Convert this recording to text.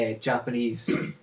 Japanese